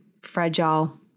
fragile